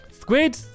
Squid